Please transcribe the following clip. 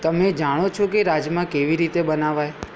તમે જાણો છો કે રાજમા કેવી રીતે બનાવાય